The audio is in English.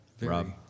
Rob